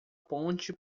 ponte